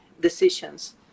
decisions